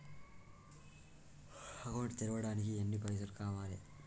Account తెరవడానికి ఎన్ని పైసల్ కావాలే?